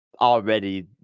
already